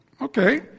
Okay